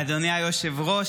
אדוני היושב-ראש,